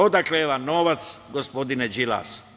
Odakle vam novac, gospodine Đilas?